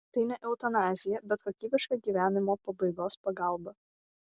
tai ne eutanazija bet kokybiška gyvenimo pabaigos pagalba